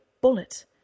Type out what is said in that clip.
bullet